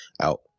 out